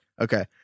okay